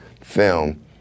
film